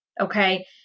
Okay